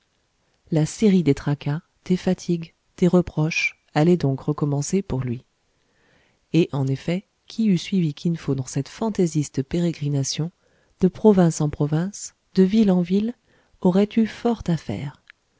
la série des tracas des fatigues des reproches allait donc recommencer pour lui et en effet qui eût suivi kin fo dans cette fantaisiste pérégrination de province en province de ville en ville aurait eu fort à faire